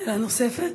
שאלה נוספת?